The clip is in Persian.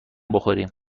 بخوریم